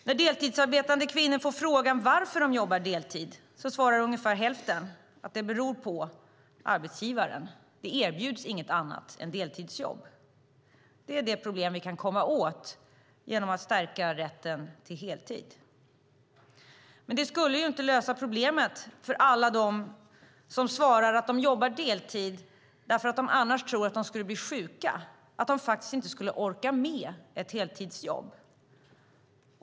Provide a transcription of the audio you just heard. När deltidsarbetande kvinnor får frågan varför de jobbar deltid svarar ungefär hälften att det beror på arbetsgivaren. Det erbjuds inget annat än deltidsjobb. Det är det problemet vi kan komma åt genom att stärka rätten till heltid. Men det skulle inte lösa problemet för alla dem som svarar att de jobbar deltid därför att de tror att de skulle bli sjuka annars. De skulle inte orka med ett heltidsjobb.